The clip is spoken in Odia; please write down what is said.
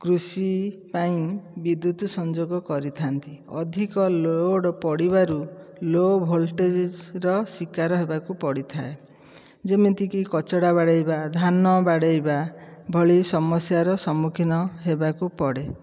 କୃଷି ପାଇଁ ବିଦ୍ୟୁତ ସଂଯୋଗ କରିଥାନ୍ତି ଅଧିକ ଲୋଡ଼ ପଡ଼ିବାରୁ ଲୋ ଭଲଟେଜ ର ଶିକାର ହେବାକୁ ପଡ଼ିଥାଏ ଯେମିତି କି କଚଡ଼ା ବାଡ଼େଇବା ଧାନ ବାଡ଼େଇବା ଭଳି ସମସ୍ୟା ର ସମ୍ମୁଖୀନ ହେବାକୁ ପଡ଼େ